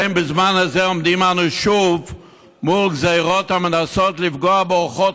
כן בזמן הזה עומדים אנו שוב מול גזרות המנסות לפגוע באורחות